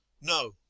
No